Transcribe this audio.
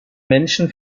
menschen